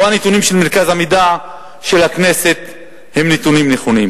שהנתונים של מרכז המידע של הכנסת הם נתונים נכונים.